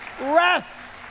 Rest